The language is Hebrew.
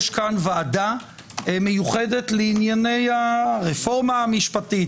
יש פה ועדה מיוחדת לענייני הרפורמה המשפטית,